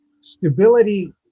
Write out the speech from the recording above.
Stability